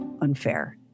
unfair